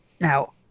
Now